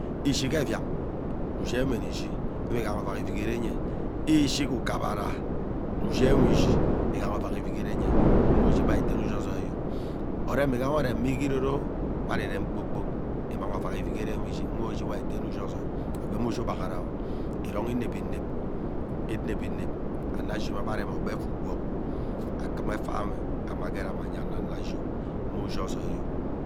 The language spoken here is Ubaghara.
Ishu ghee eviang ushime mme ishi uwe igha ovak evigene nyo ishi gee ukavara ushnenwe, ishi ighaha ovak evigeranye mgbe ushi be ari teane ushi ozoiyo. Oren ighaha oren mme ghee irotrooh be ari iren kpoo kpok immang ovak evige renwe ishi uwe ushi wari iteane ushi ozoi agwee mme ushi ugbaghana iron inep inep, inep inep ano ashiba irem ogbe efa ugbog akuu efanwe anuna gerea nya ano, ano ashi mgbe ushi ozoi yo.